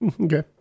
Okay